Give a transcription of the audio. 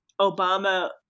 Obama